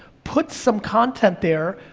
put some content there,